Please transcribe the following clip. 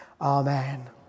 Amen